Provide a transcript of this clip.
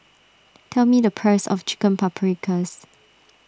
tell me the price of Chicken Paprikas